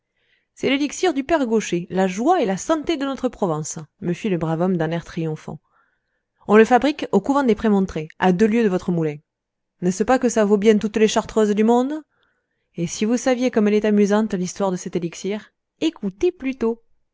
c'est l'élixir du père gaucher la joie et la santé de notre provence me fit le brave homme d'un air triomphant on le fabrique au couvent des prémontrés à deux lieues de votre moulin n'est-ce pas que cela vaut bien toutes les chartreuses du monde et si vous saviez comme elle est amusante l'histoire de cet élixir écoutez plutôt